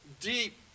deep